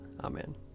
Amen